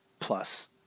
plus